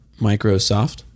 Microsoft